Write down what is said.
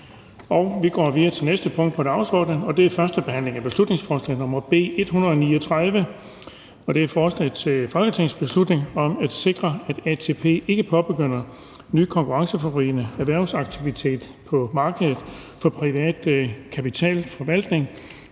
--- Det næste punkt på dagsordenen er: 14) 1. behandling af beslutningsforslag nr. B 139: Forslag til folketingsbeslutning om at sikre, at ATP ikke påbegynder ny konkurrenceforvridende erhvervsaktivitet på markedet for privat kapitalforvaltning